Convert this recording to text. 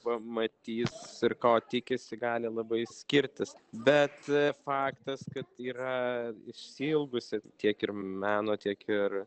pamatys ir ko tikisi gali labai skirtis bet faktas kad yra išsiilgusi tiek ir meno tiek ir